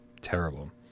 terrible